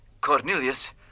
Cornelius